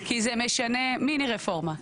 מיני רפורמה,